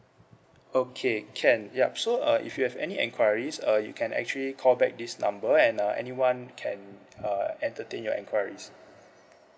okay can yup so uh if you have any enquiries uh you can actually call back this number and uh anyone can uh entertain your enquiries